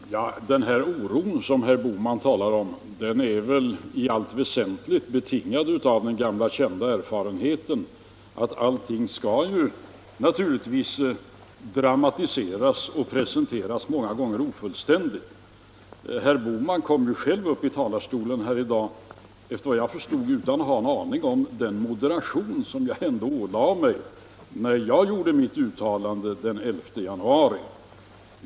Herr talman! Den här oron som herr Bohman talar om är väl i allt väsentligt betingad av den gamla kända erfarenheten att allting skall dramatiseras och många gånger presenteras ofullständigt. Herr Bohman kom ju själv, efter vad jag förstod, upp i talarstolen här i dag utan att ha en aning om den moderation som jag ändå ålade mig när jag gjorde mitt uttalande den 11 januari.